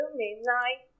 midnight